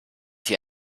hier